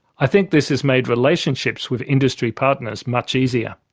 i think this has made relationships with industry partners much easier.